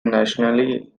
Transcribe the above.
nationally